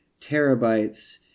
terabytes